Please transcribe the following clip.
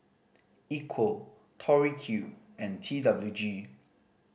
Equal Tori Q and T W G